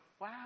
wow